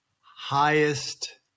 highest